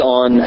on